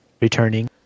returning